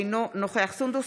אינו נוכח סונדוס